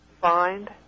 find